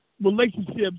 relationships